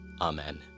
Amen